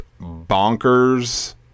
bonkers